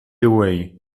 away